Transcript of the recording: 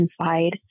confide